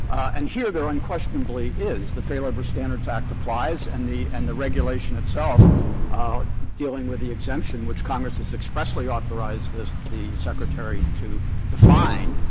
and here there unquestionably is. the fair labor standards act applies and the and the regulation itself dealing with the exemption, which congress has expressly authorized the secretary to define,